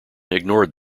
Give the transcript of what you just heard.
ignored